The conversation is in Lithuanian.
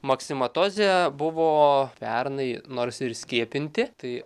maksimatozė buvo pernai nors ir skiepinti tai